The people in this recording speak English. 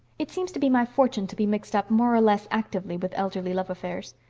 it seems to be my fortune to be mixed up, more or less actively, with elderly love affairs.